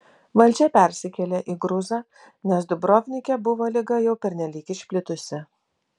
valdžia persikėlė į gruzą nes dubrovnike buvo liga jau pernelyg išplitusi